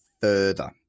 further